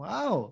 Wow